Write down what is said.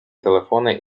телефони